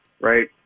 right